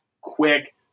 quick